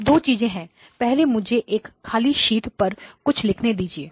अब दो चीजें हैं पहले मुझे एक खाली शीट पर कुछ लिखने दीजिए